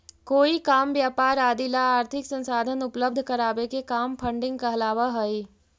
कोई काम व्यापार आदि ला आर्थिक संसाधन उपलब्ध करावे के काम फंडिंग कहलावऽ हई